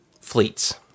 fleets